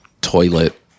toilet